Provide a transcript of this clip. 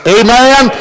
amen